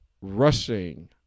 rushing